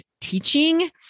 teaching